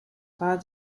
war